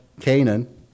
Canaan